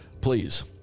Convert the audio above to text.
please